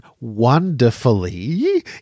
wonderfully